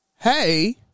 hey